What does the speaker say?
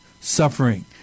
suffering